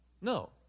No